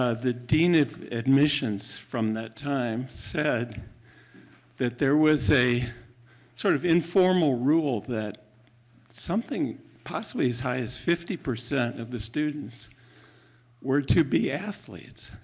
ah the dean admissions from that time said that there was a sort of informal rule that something possibly as high as fifty percent of the students were to be athletes.